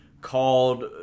called